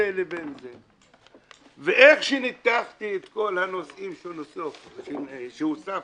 ואיך שניתחתי את כל הנושאים שהוספנו,